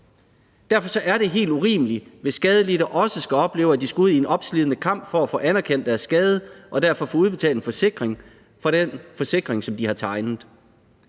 Derfor er det helt urimeligt, hvis de skadelidte også skal opleve, at de skal ud i en opslidende kamp for at få anerkendt deres skade og dermed få udbetalt en erstatning fra den forsikring, som de har tegnet.